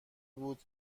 بود